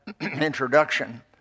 introduction